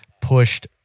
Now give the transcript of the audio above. pushed